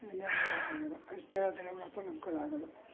ಇನ್ನೇನು ಹೇಳೋಕ್ಕಾಗಲ್ಲ ಅಷ್ಟು ಹೇಳ್ತೀನಿ ನಮ್ಮ ಕೈಲಾಗೋಲ್ಲ